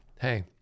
Hey